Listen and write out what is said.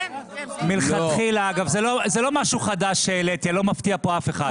זה לא משהו חדש שהעליתי, אני לא מפתיע פה אף אחד.